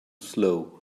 slow